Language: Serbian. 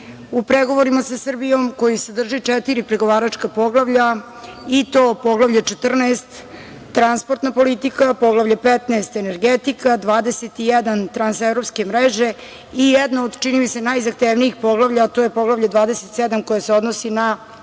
u pregovorima sa Srbijom, koji sadrži četiri pregovaračka poglavlja i to Poglavlje 14 - transportna politika, Poglavlje 15 - energetika, 21 - transevropske mreže i jedno od, čini mi se, najzahtevnijih poglavlja, Poglavlje 27 - koje se odnosi na